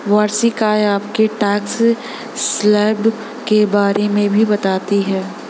वार्षिक आय आपके टैक्स स्लैब के बारे में भी बताती है